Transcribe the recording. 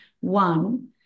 one